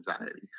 anxiety